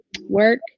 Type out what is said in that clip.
work